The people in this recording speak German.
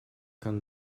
kann